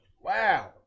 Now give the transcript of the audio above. Wow